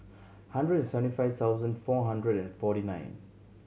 hundred and seventy five thousand four hundred and forty nine